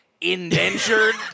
Indentured